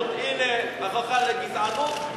הנה, הוכחה לגזענות,